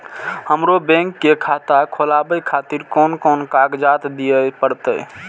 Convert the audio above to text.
हमरो बैंक के खाता खोलाबे खातिर कोन कोन कागजात दीये परतें?